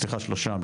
סליחה שלושה,